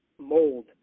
mold